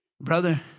brother